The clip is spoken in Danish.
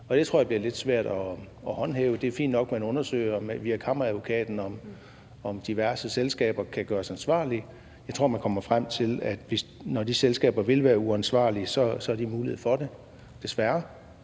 Det tror jeg bliver lidt svært at håndhæve. Det er fint nok, at man via Kammeradvokaten undersøger, om diverse selskaber kan gøres ansvarlige, men jeg tror, man kommer frem til, at når de selskaber vil være uansvarlige, har de mulighed for at være